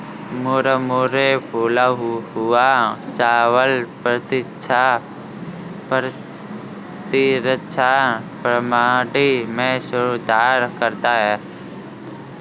मुरमुरे फूला हुआ चावल प्रतिरक्षा प्रणाली में सुधार करता है